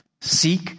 Seek